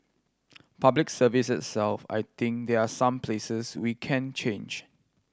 Public Service itself I think there are places where we can change